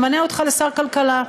ממנה אותך לשר כלכלה.